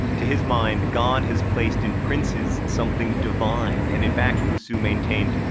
to his mind, god has placed in princes something divine. and in fact, bossuet maintained,